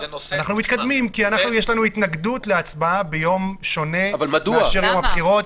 כי יש לנו התנגדות להצבעה ביום שונה מיום הבחירות.